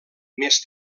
més